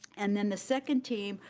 and then the second team,